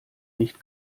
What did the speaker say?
nicht